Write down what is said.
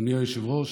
אדוני היושב-ראש,